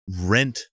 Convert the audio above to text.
rent